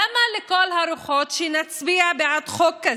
למה לכל הרוחות שנצביע בעד חוק כזה,